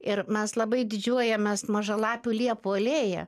ir mes labai didžiuojamės maža lapių liepų alėja